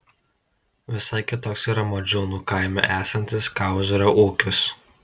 visai kitoks yra modžiūnų kaime esantis kiauzario ūkis